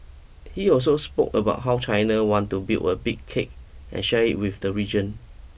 he also spoke about how China wanted to build a 'big cake' and share it with the region